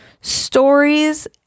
stories